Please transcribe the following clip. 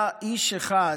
היה איש אחד,